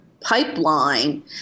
pipeline